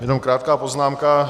Jenom krátká poznámka.